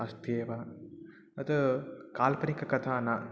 अस्ति एव तत् काल्पनिककथा न